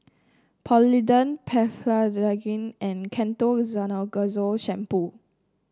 Polident Blephagel and Ketoconazole Shampoo